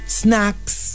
snacks